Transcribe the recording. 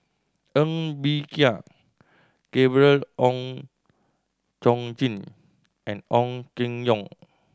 Ng Bee Kia Gabriel Oon Chong Jin and Ong Keng Yong